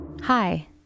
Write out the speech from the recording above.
Hi